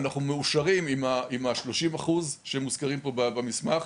אנחנו מאושרים עם השלושים אחוז שמוזכרים פה במסמך.